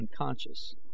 unconscious